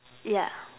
yeah